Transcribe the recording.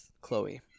Chloe